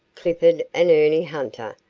clifford and ernie hunter,